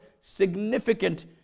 significant